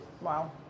Wow